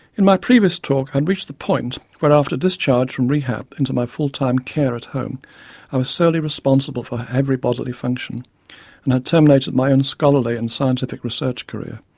in my previous talk i had reached the point where after discharge from rehab into my full time care at home i was solely responsible for her every bodily function and had terminated my own scholarly and scientific research career.